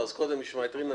מצביעים.